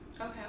Okay